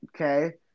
okay